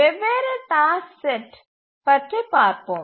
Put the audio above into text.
வெவ்வேறு task set பற்றி பார்ப்போம்